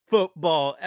Football